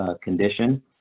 condition